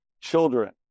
children